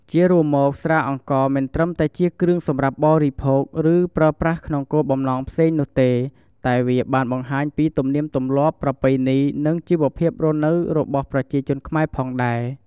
ជារួមមកស្រាអង្ករមិនត្រឹមតែជាគ្រឿងសម្រាប់បរិភោគ ឬប្រើប្រាស់ក្នុងគោលបំណងផ្សេងនោះទេ តែវាក៏បានបង្ហាញពី ទំនៀមទំម្លាប់ ប្រពៃណី និងជីវភាពរស់នៅរបស់ប្រជាជនខ្មែរផងដែរ។